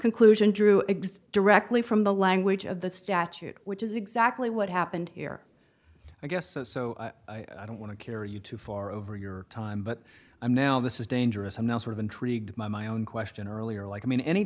conclusion drew exist directly from the language of the statute which is exactly what happened here i guess so so i don't want to carry you too far over your time but i'm now this is dangerous i'm now sort of intrigued by my own question earlier like i mean any